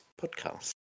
podcast